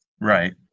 Right